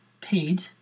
paid